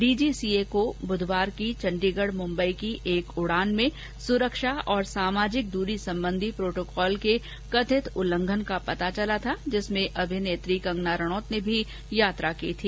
DGCA को बुधवार की चंडीगढ मुंबई की एक उड़ान में सुरक्षा और सामाजिक दूरी संबंधी प्रोटोकॉल के कथित उल्लंघन का पता चला था जिसमें अभिनेत्री कंगना रनौत ने भी यात्रा की थी